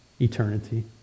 eternity